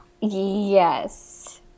Yes